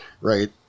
right